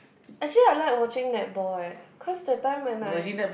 actually I like watching netball leh cause that time when I